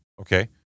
Okay